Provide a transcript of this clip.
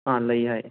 ꯑꯥ ꯂꯩ ꯍꯥꯏꯌꯦ